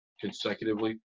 consecutively